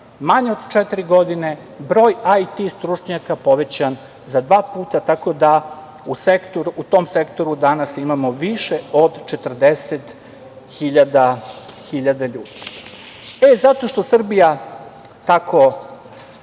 manje od četiri godine broj IT stručnjaka povećan za dva puta, tako da u tom sektoru danas imamo više od 40 hiljada ljudi. Zato što Srbija tako